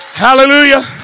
Hallelujah